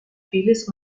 vieles